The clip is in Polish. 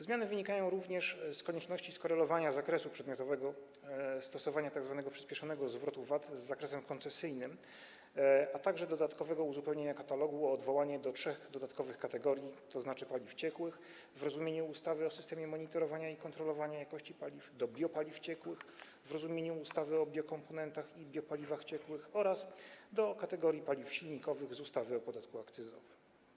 Zmiany wynikają również z konieczności skorelowania zakresu przedmiotowego stosowania tzw. przyspieszonego zwrotu VAT z zakresem koncesyjnym, a także dodatkowego uzupełnienia katalogu o odwołanie do trzech dodatkowych kategorii, tzn. do paliw ciekłych w rozumieniu ustawy o systemie monitorowania i kontrolowania jakości paliw, do biopaliw ciekłych w rozumieniu ustawy o biokomponentach i biopaliwach ciekłych oraz do kategorii paliw silnikowych z ustawy o podatku akcyzowym.